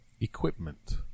Equipment